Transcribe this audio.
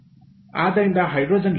ಆದ್ದರಿಂದ ಹೈಡ್ರೋಜನ್ ಲಭ್ಯವಿದೆ